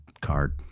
card